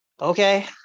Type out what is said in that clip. Okay